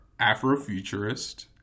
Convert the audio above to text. Afrofuturist